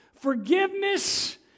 Forgiveness